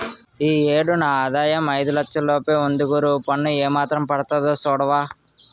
ఈ ఏడు నా ఆదాయం ఐదు లచ్చల లోపే ఉంది గురూ పన్ను ఏమాత్రం పడతాదో సూడవా